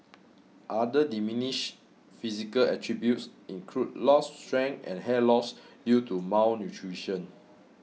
other diminished physical attributes include lost strength and hair loss due to malnutrition